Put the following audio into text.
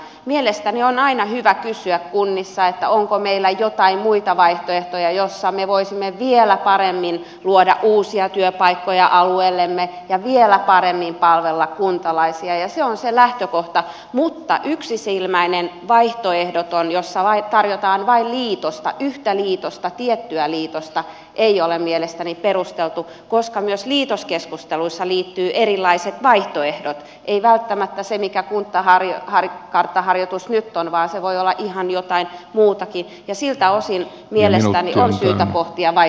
mielestäni on aina hyvä kysyä kunnissa onko meillä joitain muita vaihtoehtoja joissa me voisimme vielä paremmin luoda uusia työpaikkoja alueellemme ja vielä paremmin palvella kuntalaisia ja se on se lähtökohta mutta yksisilmäinen vaihtoehdoton ratkaisu jossa tarjotaan vain liitosta yhtä liitosta tiettyä liitosta ei ole mielestäni perusteltu koska myös liitoskeskusteluihin liittyvät erilaiset vaihtoehdot ei välttämättä se mikä kuntakarttaharjoitus nyt on vaan se voi olla ihan jotain muutakin ja siltä osin mielestäni on syytä pohtia vaihtoehtoja